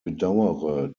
bedauere